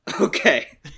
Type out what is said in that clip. okay